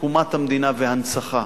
תקומת המדינה והנצחה,